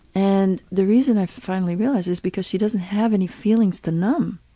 and the reason i finally realized is because she doesn't have any feelings to numb.